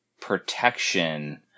protection